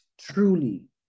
truly